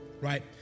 right